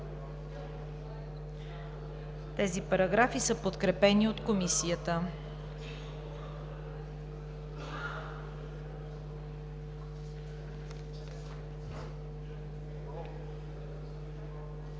Тези параграфи са подкрепени от Комисията.